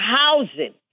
housing